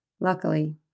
Luckily